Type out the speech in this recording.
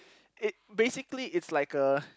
it basically it's like a